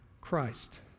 Christ